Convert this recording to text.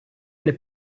alle